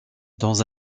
dans